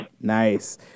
Nice